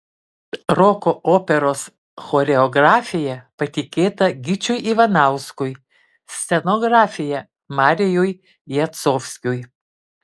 roko operos choreografija patikėta gyčiui ivanauskui scenografija marijui jacovskiui